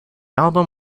album